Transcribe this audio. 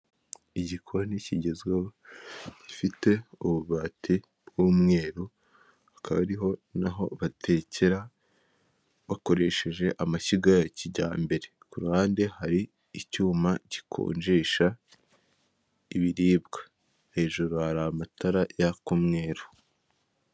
Igikoni kigezweho gifite ububati bw'umweru hakaba hariho naho batekera bakoresheje amashyiga ya kijyambere, ku ruhande hari icyuma gikonjesha ibiribwa, hejuru hari amatara yaka umweru.